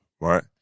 right